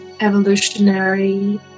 evolutionary